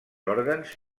òrgans